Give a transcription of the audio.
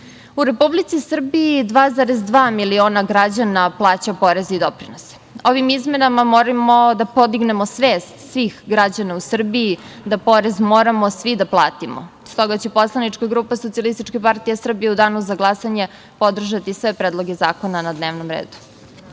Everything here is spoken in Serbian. Republici Srbiji 2,2 miliona građana plaća porez i doprinose. Ovi izmenama moramo da podignemo svest svih građana u Srbiji da porez moramo svi da platimo. Stoga će poslanička grupa SPS u danu za glasanje podržati sve predloge zakona na dnevnom redu.